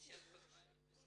בשעה 12:07.